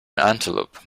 antelope